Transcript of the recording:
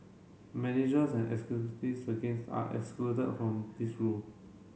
managers and executives against are excluded from this rule